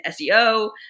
SEO